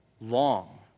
long